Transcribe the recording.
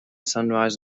sunrise